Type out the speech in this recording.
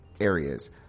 areas